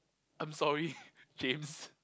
I'm sorry James